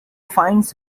finds